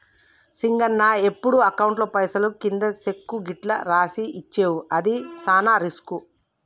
సింగన్న ఎప్పుడు అకౌంట్లో పైసలు కింది సెక్కు గిట్లు రాసి ఇచ్చేవు అది సాన రిస్కు